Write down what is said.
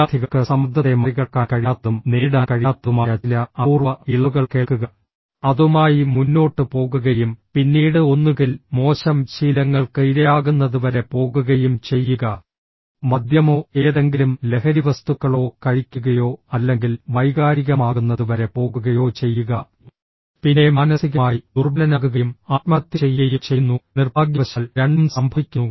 വിദ്യാർത്ഥികൾക്ക് സമ്മർദ്ദത്തെ മറികടക്കാൻ കഴിയാത്തതും നേരിടാൻ കഴിയാത്തതുമായ ചില അപൂർവ ഇളവുകൾ കേൾക്കുക അതുമായി മുന്നോട്ട് പോകുകയും പിന്നീട് ഒന്നുകിൽ മോശം ശീലങ്ങൾക്ക് ഇരയാകുന്നതുവരെ പോകുകയും ചെയ്യുക മദ്യമോ ഏതെങ്കിലും ലഹരിവസ്തുക്കളോ കഴിക്കുകയോ അല്ലെങ്കിൽ വൈകാരികമാകുന്നതുവരെ പോകുകയോ ചെയ്യുക പിന്നെ മാനസികമായി ദുർബലനാകുകയും ആത്മഹത്യ ചെയ്യുകയും ചെയ്യുന്നു നിർഭാഗ്യവശാൽ രണ്ടും സംഭവിക്കുന്നു